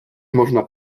można